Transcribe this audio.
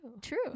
true